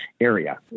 area